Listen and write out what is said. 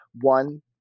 one